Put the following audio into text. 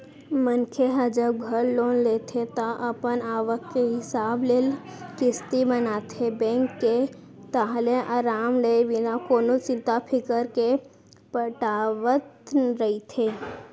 मनखे ह जब घर लोन लेथे ता अपन आवक के हिसाब ले किस्ती बनाथे बेंक के ताहले अराम ले बिना कोनो चिंता फिकर के पटावत रहिथे